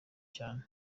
cyane